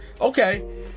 Okay